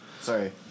sorry